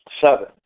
Seven